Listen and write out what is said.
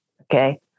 Okay